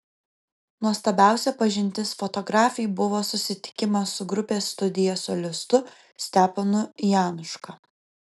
nuostabiausia pažintis fotografei buvo susitikimas su grupės studija solistu steponu januška